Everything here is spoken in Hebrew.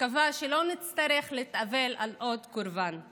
ואני מקווה שלא נצטרך להתאבל על עוד קורבן.